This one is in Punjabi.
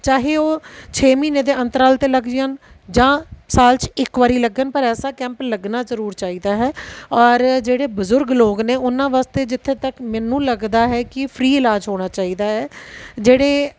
ਚਾਹੇ ਉਹ ਛੇ ਮਹੀਨੇ ਦੇ ਅੰਤਰਾਲ 'ਤੇ ਲੱਗ ਜਾਣ ਜਾਂ ਸਾਲ 'ਚ ਇੱਕ ਵਾਰੀ ਲੱਗਣ ਪਰ ਐਸਾ ਕੈਂਪ ਲੱਗਣਾ ਜ਼ਰੂਰ ਚਾਹੀਦਾ ਹੈ ਔਰ ਜਿਹੜੇ ਬਜ਼ੁਰਗ ਲੋਕ ਨੇ ਉਹਨਾਂ ਵਾਸਤੇ ਜਿੱਥੇ ਤੱਕ ਮੈਨੂੰ ਲੱਗਦਾ ਹੈ ਕਿ ਫ੍ਰੀ ਇਲਾਜ ਹੋਣਾ ਚਾਹੀਦਾ ਹੈ ਜਿਹੜੇ